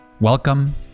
Welcome